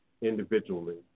individually